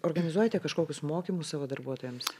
organizuojate kažkokius mokymus savo darbuotojams